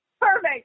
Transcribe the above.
Perfect